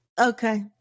Okay